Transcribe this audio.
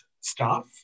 staff